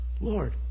Lord